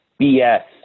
BS